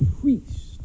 priest